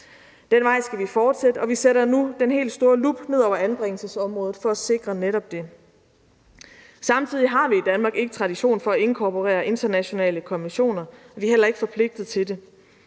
Den vej skal vi fortsætte ad, og vi sætter nu den helt store lup ned over anbringelsesområdet for at sikre netop det. Samtidig har vi i Danmark ikke tradition for at inkorporere internationale konventioner. Vi er heller ikke forpligtet til det.